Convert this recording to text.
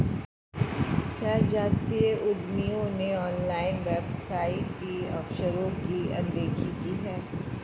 क्या जातीय उद्यमियों ने ऑनलाइन व्यवसाय के अवसरों की अनदेखी की है?